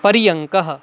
पर्यङ्कः